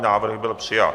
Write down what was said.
Návrh byl přijat.